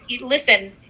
listen